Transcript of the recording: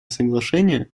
соглашения